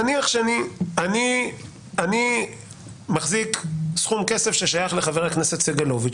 נניח שאני מחזיק בסכום כסף ששייך לחבר הכנסת סגלוביץ,